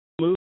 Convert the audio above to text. move